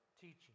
teaching